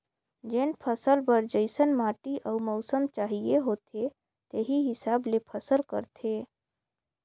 जेन फसल बर जइसन माटी अउ मउसम चाहिए होथे तेही हिसाब ले फसल करथे